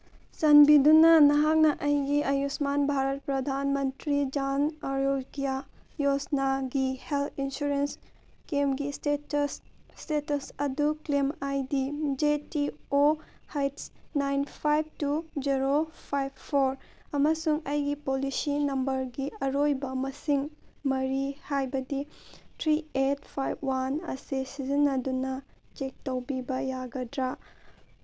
ꯆꯥꯟꯕꯤꯗꯨꯅ ꯅꯍꯥꯛꯅ ꯑꯩꯒꯤ ꯑꯌꯨꯁꯃꯥꯟ ꯚꯥꯔꯠ ꯄ꯭ꯔꯙꯥꯟ ꯃꯟꯇ꯭ꯔꯤ ꯖꯥꯟ ꯑꯔꯣꯒ꯭ꯌꯥ ꯌꯣꯖꯅꯥꯒꯤ ꯍꯦꯜꯠ ꯏꯟꯁꯨꯔꯦꯟꯁ ꯀ꯭ꯂꯦꯝꯒꯤ ꯏꯁꯇꯦꯇꯁ ꯑꯗꯨ claim I D Z T O ꯍꯩꯁ nine five two zero five four ꯑꯃꯁꯨꯡ ꯑꯩꯒꯤ ꯄꯣꯂꯤꯁꯤ ꯅꯝꯕꯔꯒꯤ ꯑꯔꯣꯏꯕ ꯃꯁꯤꯡ ꯃꯔꯤ ꯍꯥꯏꯕꯗꯤ ꯊ꯭ꯔꯤ ꯑꯩꯠ ꯐꯥꯏꯚ ꯋꯥꯟ ꯑꯁꯦ ꯁꯤꯖꯤꯟꯅꯗꯨꯅ ꯆꯦꯛ ꯇꯧꯕꯤꯕ ꯌꯥꯒꯗ꯭ꯔꯥ